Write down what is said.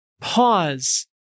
pause